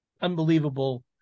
unbelievable